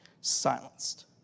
silenced